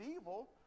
evil